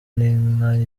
n’inka